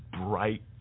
bright